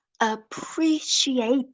Appreciate